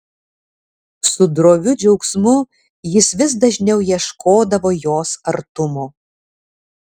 su droviu džiaugsmu jis vis dažniau ieškodavo jos artumo